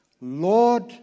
Lord